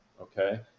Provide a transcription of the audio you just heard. Okay